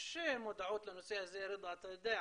יש מודעות לנושא הזה, רדא, אתה יודע,